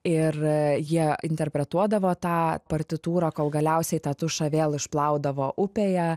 ir jie interpretuodavo tą partitūrą kol galiausiai tą tušą vėl išplaudavo upėje